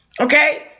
Okay